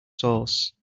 sauce